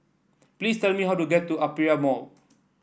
please tell me how to get to Aperia Mall